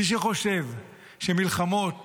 מי שחושב שמלחמות